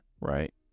right